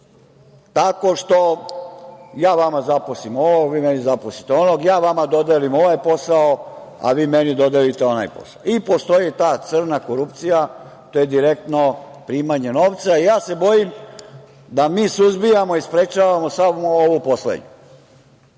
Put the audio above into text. tako što ja vama zaposlim ovog, vi meni zaposlite onog, ja vama dodelim ovaj posao, a vi meni dodelite onaj posao. Postoji i ta crna korupcija, to je direktno primanje novca. Ja se bojim da mi suzbijanju i sprečavamo samo ovu poslednju. Krenuću